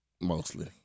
Mostly